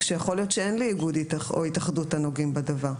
כשיכול להיות שאין איגוד או התאחדות הנוגעים בדבר?